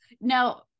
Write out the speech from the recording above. now